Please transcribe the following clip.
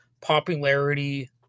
popularity